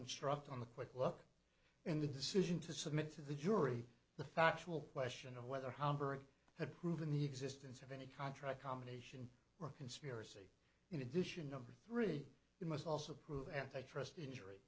instruct on the quick look in the decision to submit to the jury the factual question of whether however it had proven the existence of any contract combination or conspiracy in addition number three it must also prove antitrust injury